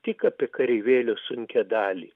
tik apie kareivėlio sunkią dalį